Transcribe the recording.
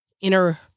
inner